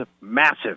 massive